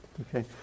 Okay